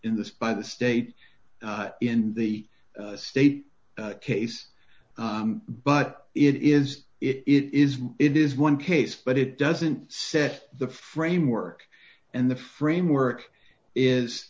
in this by the state in the state case but it is it is it is one case but it doesn't set the framework and the framework is